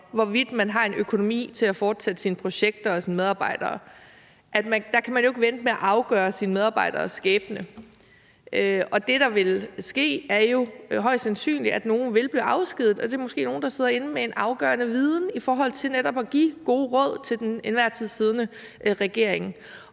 hvorvidt man har en økonomi til at fortsætte sine projekter og til at kunne beholde sine medarbejdere, så kan man ikke vente med at afgøre sine medarbejderes skæbne? Det, der vil ske, er jo højst sandsynligt, at nogle vil blive afskediget, og det er måske nogle, der sidder inde med en afgørende viden i forhold til netop at give gode råd til den til enhver tid siddende regering.